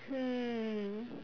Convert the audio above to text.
hmm